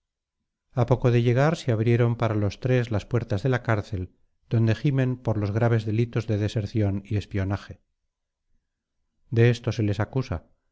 a poco de llegar se abrieron para los tres las puertas de la cárcel donde gimen por los graves delitos de deserción y espionaje de esto se les acusa